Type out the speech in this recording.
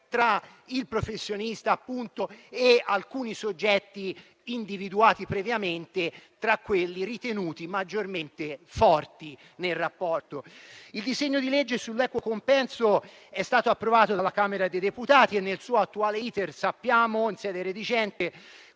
Il disegno di legge sull'equo compenso è stato approvato dalla Camera dei deputati e nel suo attuale *iter* in sede redigente